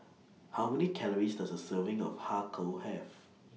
How Many Calories Does A Serving of Har Kow Have